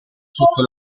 sotto